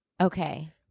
Okay